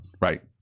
Right